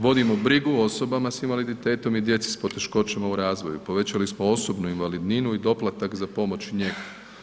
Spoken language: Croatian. Vodimo brigu o osobama sa invaliditetom i djeci s poteškoćama u razvoju, povećali smo osobnu invalidninu i doplatak za pomoć i njegu.